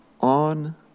on